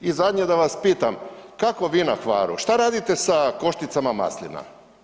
I zadnje da vas pitam, kako vi na Hvaru, šta radite sa košticama maslina?